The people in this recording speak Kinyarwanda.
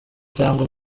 cyangwa